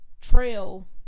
trail